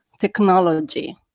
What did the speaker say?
technology